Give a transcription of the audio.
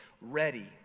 ready